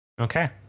Okay